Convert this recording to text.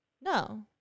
No